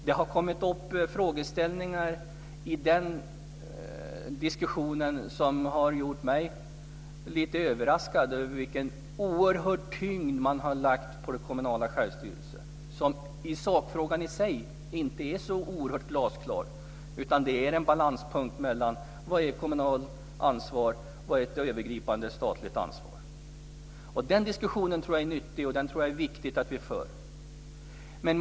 Det har kommit upp frågeställningar i den diskussionen som har gjort mig lite överraskad över vilken oerhörd tyngd man har lagt på den kommunala självstyrelsen. Sakfrågan i sig är inte så oerhört glasklar. Det finns en balanspunkt mellan vad som är ett kommunalt ansvar och vad som är ett övergripande statligt ansvar. Den diskussionen tror jag är nyttig, och det är viktigt att vi för den.